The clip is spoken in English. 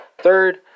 Third